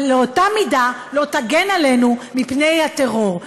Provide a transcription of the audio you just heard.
אבל באותה מידה לא תגן עלינו מפני הטרור.